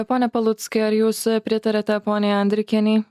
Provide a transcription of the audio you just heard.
pone paluckai ar jūs pritariate poniai andrikienei